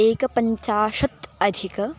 एकपञ्चाशत् अधिक